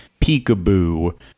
Peekaboo